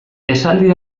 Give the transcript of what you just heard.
esaldi